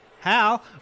Hal